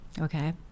okay